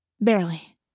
Barely